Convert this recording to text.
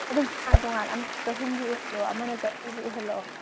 ꯑꯗꯨꯝ ꯇꯣꯉꯥꯟ ꯇꯣꯉꯥꯟꯅ ꯑꯃꯅ ꯆꯍꯨꯝꯒꯤ ꯑꯣꯏꯍꯜꯂꯣ ꯑꯃꯅ ꯆꯅꯤꯒꯤ ꯑꯣꯏꯍꯜꯂꯣ